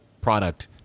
product